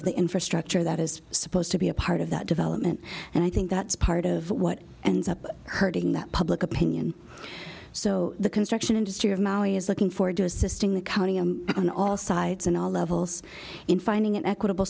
of the infrastructure that is supposed to be a part of that development and i think that's part of what and stop hurting that public opinion so the construction industry of maui is looking forward to assisting the county on all sides and all levels in finding an equitable